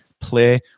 play